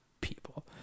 people